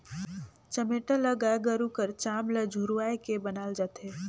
चमेटा ल गाय गरू कर चाम ल झुरवाए के बनाल जाथे